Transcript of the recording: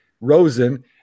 Rosen